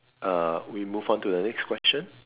uh we move on to the next question